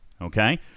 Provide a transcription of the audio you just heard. Okay